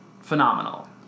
phenomenal